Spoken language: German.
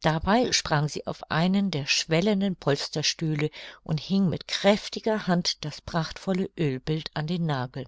dabei sprang sie auf einen der schwellenden polsterstühle und hing mit kräftiger hand das prachtvolle oelbild an den nagel